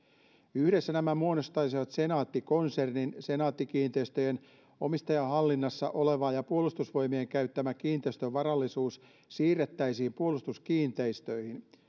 yhdessä nämä muodostaisivat senaatti konsernin senaatti kiinteistöjen omistajan hallinnassa oleva ja puolustusvoimien käyttämä kiinteistövarallisuus siirrettäisiin puolustuskiinteistöihin